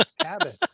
cabin